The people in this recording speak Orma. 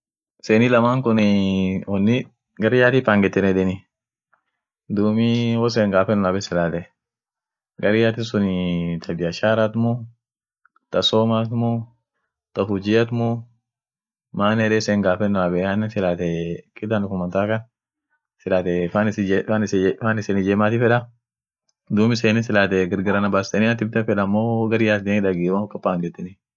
Europeansian ada ishia kabd ada ishia taa durani lila itijete midafeti aminen dum landmark ishiat jirra machu kichwaa kolkat kaniun rainbow mountains naskaslines aminen dumi karr ishian kaa durani kuun kaa duran duranii kaa bere kuni kusku yeden amine dum sheree ishin kaabduu festadela kandaree dumi aminen sagale ishin nyaatinen sevichaa kulomosantado faa tan nyaatie